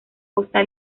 costa